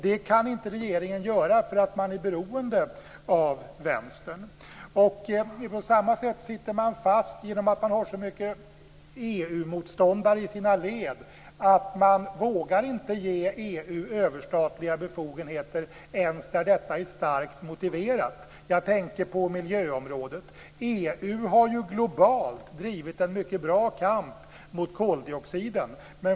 Det kan inte regeringen göra därför att man är beroende av På samma sätt sitter man fast genom att man har så många EU-motståndare i sina led. Man vågar inte ge EU överstatliga befogenheter ens där detta är starkt motiverat. Jag tänker på miljöområdet. EU har ju globalt drivit en mycket bra kamp mot koldioxiden.